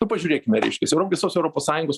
nu pažiūrėkime reiškiasi visos europos sąjungos